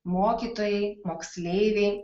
mokytojai moksleiviai